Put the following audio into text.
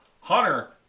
Hunter